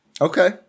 Okay